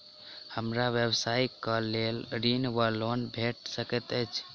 हमरा व्यवसाय कऽ लेल ऋण वा लोन भेट सकैत अछि?